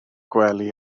gwely